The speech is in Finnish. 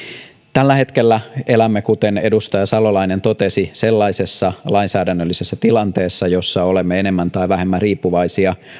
tällä hetkellä elämme kuten edustaja salolainen totesi sellaisessa lainsäädännöllisessä tilanteessa jossa olemme enemmän tai vähemmän riippuvaisia